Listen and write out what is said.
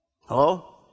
Hello